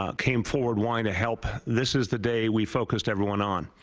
um came forward wanting to help. this is the day we focused everyone on.